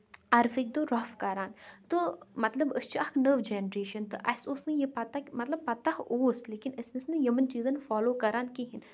اَرفٕک دۄہ روٚپھ کران تہٕ مطلب أسۍ چھِ اکھ نٔو جنریشن تہٕ اَسہِ اوس نہٕ یہِ پَتہ مطلب پَتہ اوس لیکِن أسۍ ٲسۍ نہٕ یِمن چیٖزن فالو کران کِہینۍ